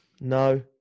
No